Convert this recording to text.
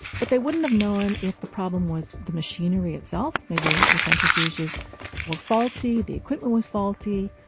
but they wouldn't have known if the problem was the machinery itself maybe the centrifuges were faulty, the equipment was faulty.